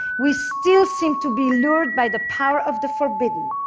we still seem to be lured by the power of the forbidden,